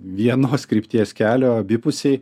vienos krypties kelio abipusiai